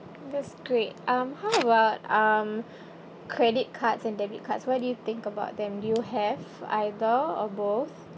that's great um how about um credit cards and debit cards what do you think about them do you have either or both